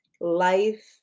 Life